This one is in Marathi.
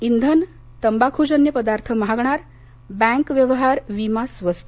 इंधन तंबाखूजन्य पदार्थ महागणार बँक व्यवहार वीमा स्वस्त